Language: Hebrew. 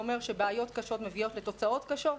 אומר שבעיות קשות מביאות לתוצאות קשות?